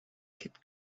kid